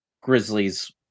Grizzlies